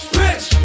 rich